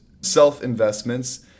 self-investments